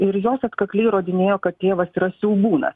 ir jos atkakliai įrodinėjo kad tėvas yra siaubūnas